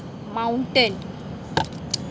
mountain